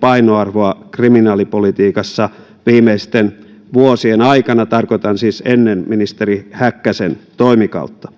painoarvoa kriminaalipolitiikassa viimeisten vuosien aikana tarkoitan siis että ennen ministeri häkkäsen toimikautta